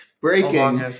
Breaking